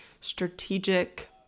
strategic